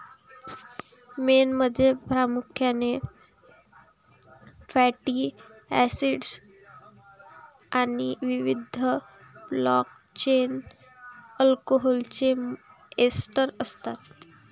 मेणमध्ये प्रामुख्याने fatty acids आणि विविध लाँग चेन अल्कोहोलचे एस्टर असतात